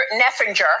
Neffinger